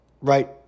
Right